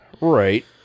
Right